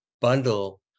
bundle